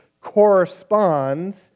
corresponds